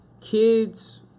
kids